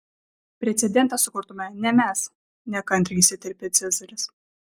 precedentą sukurtume ne mes nekantriai įsiterpė cezaris